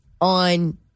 on